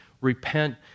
repent